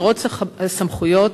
מירוץ הסמכויות),